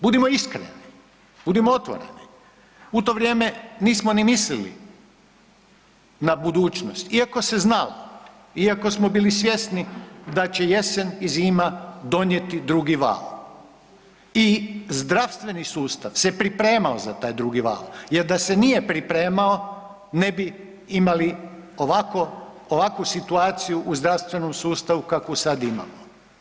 Budimo iskreni, budim otvoreni u to vrijeme nismo ni mislili na budućnost, iako se znalo, iako smo bili svjesni da će jesen i zima donijeti drugi val i zdravstveni sustav se pripremao za taj val jer da se nije pripremao ne bi imali ovakvu situaciju u zdravstvenom sustavu kakvu sad imamo.